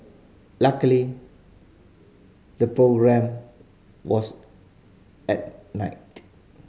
luckily the programme was at night